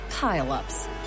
pile-ups